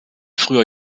früher